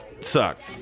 sucks